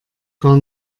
gar